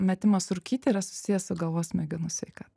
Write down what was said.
metimas rūkyti yra susijęs su galvos smegenų sveikata